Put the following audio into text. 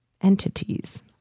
entities